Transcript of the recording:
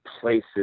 places